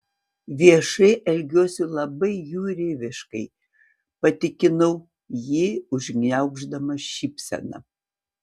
viešai elgsiuosi labai jūreiviškai patikinau jį užgniauždama šypseną